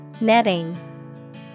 Netting